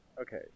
okay